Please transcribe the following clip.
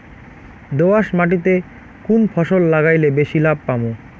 দোয়াস মাটিতে কুন ফসল লাগাইলে বেশি লাভ পামু?